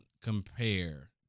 compare